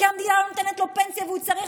כי המדינה לא נותנת לו פנסיה והוא צריך